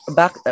back